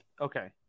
Okay